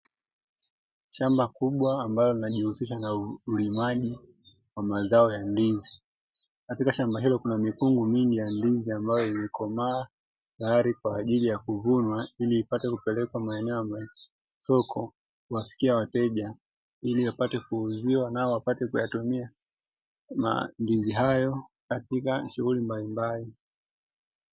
Shamba kubwa ambalo linajihusisha na ulimaji wa mazao ya ndizi. Katika shamba hilo kuna mikungu mingi ya ndizi, ambayo imekomaa tayari kwa ajili ya kuvunwa, ili ipatwe kupelekwa maeneo ya masoko kuwafikia wateja ili wapate kuuziwa nao wapate kuyatumia mandizi hayo katika shughuli mbalimbali.